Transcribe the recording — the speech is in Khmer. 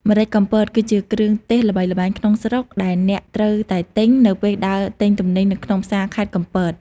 ម្រេចកំពតគឺជាគ្រឿងទេសល្បីល្បាយក្នុងស្រុកដែលអ្នកត្រូវតែទិញ នៅពេលដើរទិញទំនិញនៅក្នុងផ្សារខេត្តកំពត។